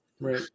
Right